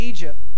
Egypt